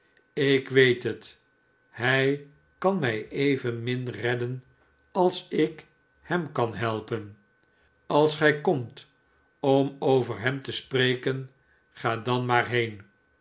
ik weet het hij kan mij evenmin redden als ik hem kan helpen als gij komt om over hem te spreken ga dan maar heen